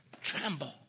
tremble